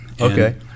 okay